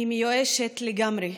אני מיואשת לגמרי,